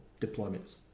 deployments